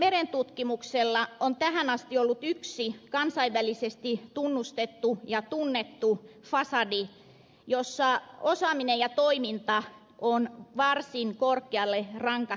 suomen merentutkimuksella on tähän asti ollut yksi kansainvälisesti tunnustettu ja tunnettu fasadi jonka osaaminen ja toiminta ovat varsin korkealle rankattu maailmalla